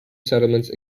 settlements